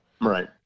Right